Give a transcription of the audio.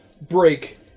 break